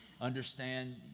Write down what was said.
understand